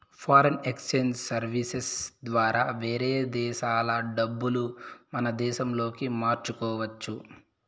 foreign exchange services ద్వారా వేరే దేశాల డబ్బులు మన దేశంలోకి మార్చుకోవచ్చు